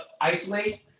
isolate